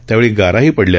त्यावेळी गाराही पडल्या